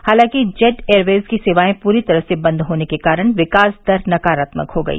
हालांकि Jet Airways की सेवाएं पूरी तरह से बंद होने के कारण विकास दर नकारात्मक हो गई